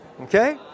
Okay